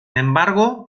embargo